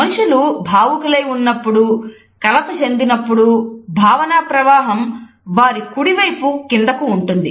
మనుషులు భావుకులై ఉన్నప్పుడు కలత చెందినప్పుడు భావన ప్రవాహం వారి కుడివైపు కిందకు ఉంటుంది